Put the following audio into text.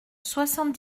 soixante